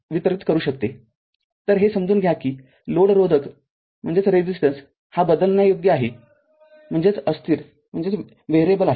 तर हे समजून घ्या की लोड रोधक हा बदलण्यायोग्य म्हणजेच अस्थिर आहे